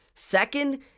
Second